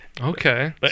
Okay